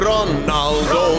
Ronaldo